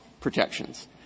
protections